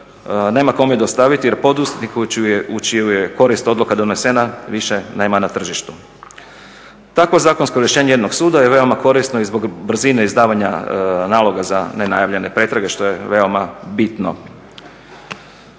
nema kome dostaviti jer poduzetnik u čiju je korist odluka donesena više nema na tržištu. Takvo zakonsko rješenje jednog suda je veoma korisno i zbog brzine izdavanja naloga za nenajavljene pretrage što je veoma bitno.